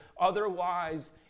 Otherwise